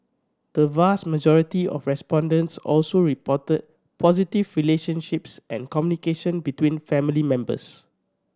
the vast majority of respondents also reported positive relationships and communication between family members